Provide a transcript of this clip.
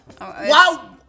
Wow